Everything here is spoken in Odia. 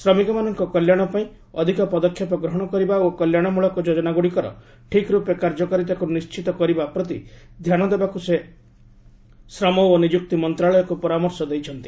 ଶ୍ରମିକମାନଙ୍କ କଲ୍ୟାଣପାଇଁ ଅଧିକ ପଦକ୍ଷେପ ଗ୍ରହଣ କରିବା ଓ କଲ୍ୟାଣମୂଳକ ଯୋଜନାଗୁଡ଼ିକର ଠିକ୍ରୂପେ କାର୍ଯ୍ୟକାରିତାକୁ ନିଶ୍ଚିତ କରିବା ପ୍ରତି ଧ୍ୟାନ ଦେବାକୁ ସେ ଶ୍ରମ ଓ ନିଯୁକ୍ତି ମନ୍ତ୍ରଣାଳୟକୁ ପରାମର୍ଶ ଦେଇଛନ୍ତି